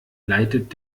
leitet